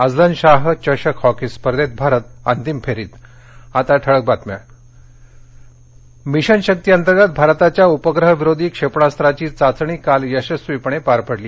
Azlan Shah चषक hockey स्पर्धेत भारत अंतिम फेरीत मिशन शक्ती मिशन शक्तिअंतर्गत भारताच्या उपग्रहविरोधी क्षेपणास्त्राची चाचणी काल यशस्वीपणे पार पाडली